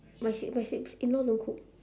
my sis my sis in law don't cook